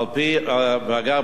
אגב,